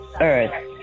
Earth